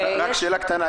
רק שאלה קטנה.